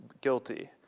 guilty